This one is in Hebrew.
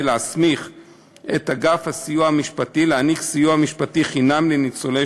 ולהסמיך את אגף הסיוע המשפטי לתת סיוע משפטי חינם לניצולי